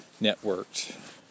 networked